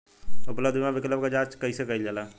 उपलब्ध बीमा विकल्प क जांच कैसे कइल जाला?